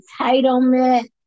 entitlement